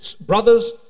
brothers